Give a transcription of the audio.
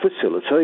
facility